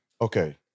Okay